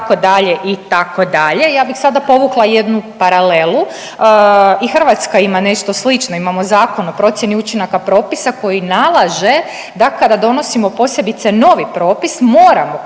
Ja bih sada povukla jednu paralelu. I Hrvatska ima nešto slično, imamo Zakon o procjeni učinaka propisa koji nalaže da kada donosimo posebice novi propis moramo komunicirati